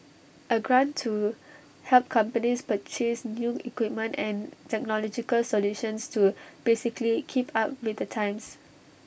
A grant to help companies purchase new equipment and technological solutions to basically keep up with the times